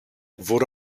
wurde